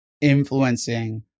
influencing